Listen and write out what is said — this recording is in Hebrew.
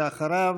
ואחריו,